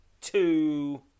Two